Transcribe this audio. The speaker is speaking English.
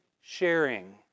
sharing